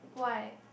why